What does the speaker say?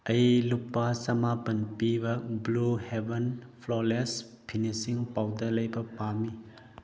ꯑꯩ ꯂꯨꯄꯥ ꯆꯃꯥꯄꯜ ꯄꯤꯕ blue heaven flawless finishing powder ꯂꯩꯕ ꯄꯥꯝꯏ